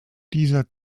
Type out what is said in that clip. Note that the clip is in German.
dieser